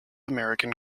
american